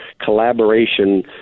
collaboration